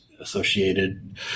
associated